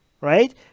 right